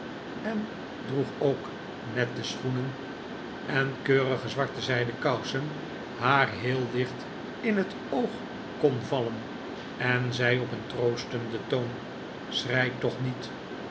en droeg ook nette schoenen en keurige zwarte zij den kousen haar heel licht in het oog kon vallen en zei op een troostenden toon schrei toch niet